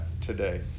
today